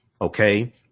okay